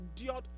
endured